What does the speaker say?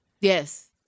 Yes